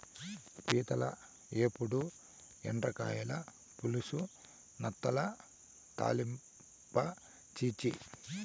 పీతల ఏపుడు, ఎండ్రకాయల పులుసు, నత్తగుల్లల తాలింపా ఛీ ఛీ